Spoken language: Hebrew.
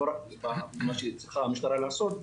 אז זה לא רק מה שהמשטרה צריכה לעשות,